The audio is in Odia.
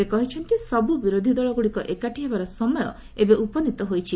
ସେ କହିଛନ୍ତି ସବୁ ବିରୋଧିଦଳଗୁଡ଼ିକ ଏକାଠି ହେବାର ସମୟ ଏବେ ଉପନିତ ହୋଇଛି